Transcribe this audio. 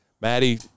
Maddie